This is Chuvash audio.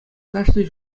кашни